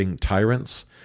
tyrants